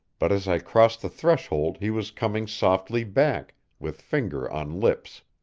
but as i crossed the threshold he was coming softly back, with finger on lips.